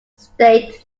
state